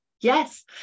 yes